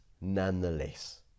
nonetheless